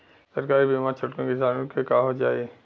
सरकारी बीमा छोटकन किसान क हो जाई?